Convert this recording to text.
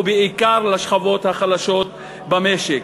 ובעיקר לשכבות החלשות במשק.